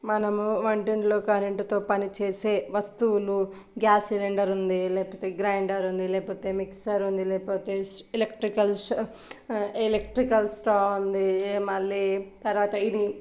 మనము వంటింట్లో కరెంటుతో పని చేసే వస్తువులు గ్యాస్ సిలిండర్ ఉంది లేకపోతే గ్రైండర్ ఉంది లేకపోతే మిక్సర్ ఉంది లేకపోతే ఎలక్ట్రికల్ ష ఎలక్ట్రికల్ స్టవ్ ఉంది ఏ మళ్ళీ తర్వాత ఇది